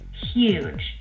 huge